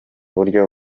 buryo